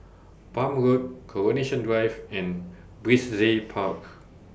Palm Road Coronation Drive and Brizay Park